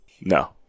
no